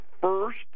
first